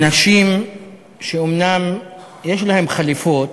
אנשים שאומנם יש להם חליפות,